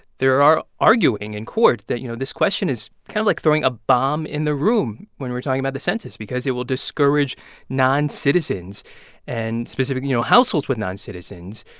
there are arguing in court that, you know, this question is kind of like throwing a bomb in the room, when we're talking about the census, because it will discourage noncitizens and specific, you know, households with noncitizens,